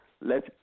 Let